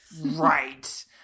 Right